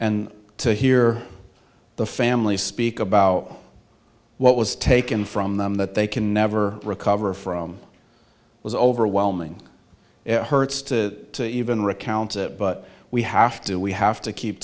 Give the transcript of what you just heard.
and to hear the family speak about what was taken from them that they can never recover from it was overwhelming it hurts to even recount it but we have to we have to keep